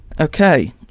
Okay